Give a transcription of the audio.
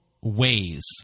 ways